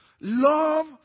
Love